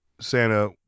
Santa